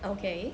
okay